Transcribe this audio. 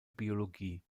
biologie